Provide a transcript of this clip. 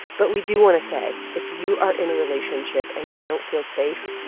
but we do want to say if you are in a relationship and you don't feel safe,